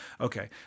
okay